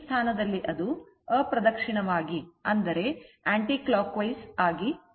ಈ ಸ್ಥಾನದಲ್ಲಿ ಅದು ಅಪ್ರದಕ್ಷಿಣವಾಗಿ ತಿರುಗುತ್ತಿದೆ